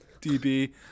DB